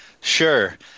Sure